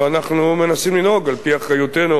ואנחנו מנסים לנהוג על-פי אחריותנו